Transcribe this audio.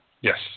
Yes